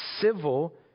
Civil